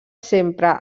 sempre